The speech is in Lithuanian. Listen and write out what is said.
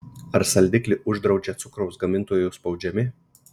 ar saldiklį uždraudžia cukraus gamintojų spaudžiami